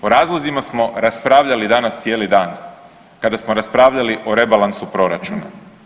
O razlozima smo raspravljali danas cijeli dan kada smo raspravljali o rebalansu proračuna.